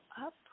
up